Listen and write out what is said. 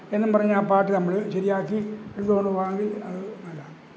എന്നും പറഞ്ഞ് ആ പാട്ട് നമ്മള് ശരിയാക്കി ഇതൊന്ന് പാടി അത് നല്ലതാണ്